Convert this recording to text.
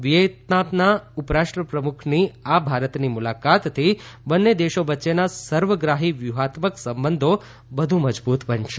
વિયેતનામના ઉપરાષ્ટ્રપ્રમુખની ભારતની આ મુલાકાતથી બંને દેશો વચ્ચેના સર્વગ્રાહી વ્યુહાત્મક સંબંધો વધુ મજબૂત બનશે